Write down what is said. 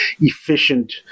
efficient